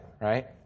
right